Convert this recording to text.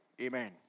Amen